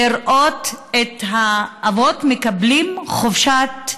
לראות את האבות מקבלים חופשת,